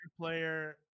player